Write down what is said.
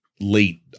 late